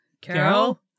Carol